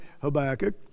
Habakkuk